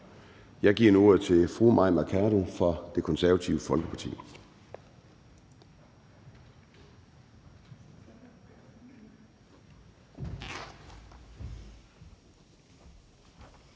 Jeg giver nu ordet til fru Mai Mercado fra Det Konservative Folkeparti.